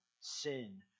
sin